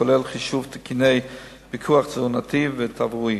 כולל חישוב תקני פיקוח תזונתי ותברואי.